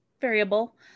variable